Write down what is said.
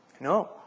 No